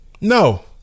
No